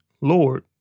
Lord